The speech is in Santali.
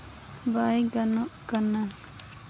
ᱵᱟᱭ ᱜᱟᱱᱚᱜ ᱠᱟᱱᱟ